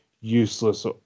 useless